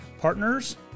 partners